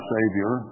Savior